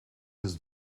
his